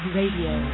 Radio